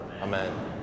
Amen